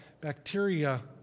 bacteria